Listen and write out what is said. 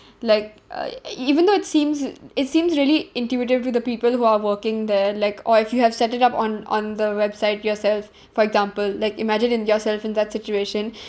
like uh e~ even though it seems it seems really intuitive with the people who are working there like or if you have set it up on on the website yourself for example like imagining yourself in that situation